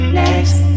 next